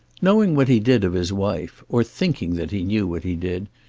knowing what he did of his wife, or thinking that he knew what he did,